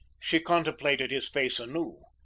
she contemplated his face anew,